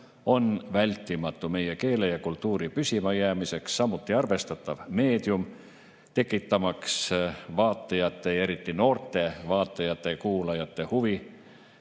on vältimatu meie keele ja kultuuri püsimajäämiseks, samuti arvestatav meedium, tekitamaks vaatajate, eriti noorte vaatajate-kuulajate huvi